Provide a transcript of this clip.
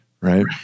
Right